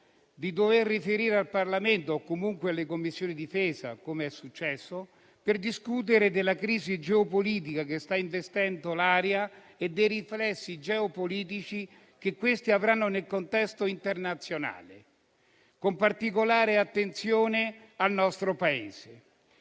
di dover riferire al Parlamento o alle Commissioni difesa, come è successo, per discutere della crisi geopolitica che sta investendo l'area e dei riflessi geopolitici che questa avrà nel contesto internazionale, con particolare attenzione al nostro Paese.